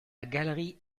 galerie